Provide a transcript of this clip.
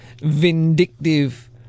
vindictive